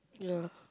ya